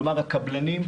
כלומר הקבלנים,